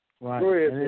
Right